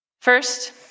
First